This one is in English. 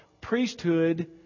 priesthood